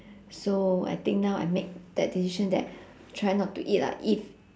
so I think now I make that decision that try not to eat lah if